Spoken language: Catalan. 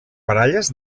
baralles